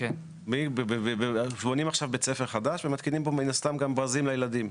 נניח שבונים בית ספר חדש ומתקינים בו ברזים לילדים.